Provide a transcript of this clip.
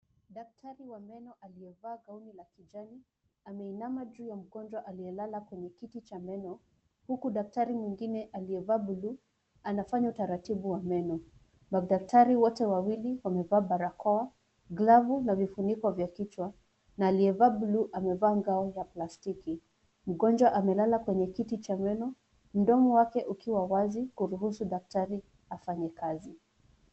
Daktari wa meno aliyevaa gauni la kijani, ameainama juu ya mgonjwa aliyelala kwenye kiti cha meno, huku daktari mwingine aliyevaa blue anafanya utaratibu wa meno. Madaktari wote wawili wamevaa barakoa, glavu na vifuniko vya kichwa na aliyevaa blue amevaa ngao ya plastiki. Mgonjwa amelala kwenye kiti cha meno mdomo wake ukiwa wazi kuruhusu daktari afanye kazi.